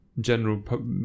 general